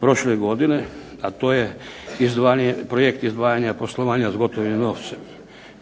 prošle godine, a to je projekt izdvajanja poslovanja s gotovim novcem.